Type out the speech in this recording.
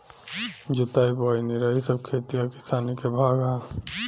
जोताई बोआई निराई सब खेती आ किसानी के भाग हा